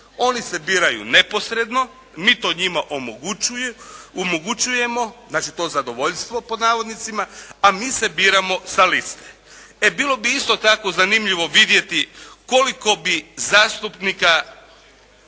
Oni se biraju neposredno, mi to njima omogućujemo, znači to "zadovoljstvo" a mi se biramo sa liste. E bilo bi isto tako zanimljivo vidjeti koliko bi zastupnika